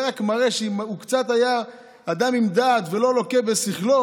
זה רק מראה שאם הוא קצת היה אדם עם דעת ולא לוקה בשכלו,